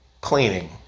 cleaning